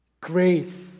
grace